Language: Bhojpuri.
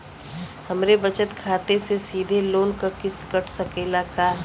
हमरे बचत खाते से सीधे लोन क किस्त कट सकेला का?